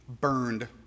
burned